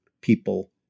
people